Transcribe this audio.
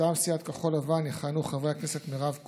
מטעם סיעת כחול לבן יכהנו חברי הכנסת מירב כהן,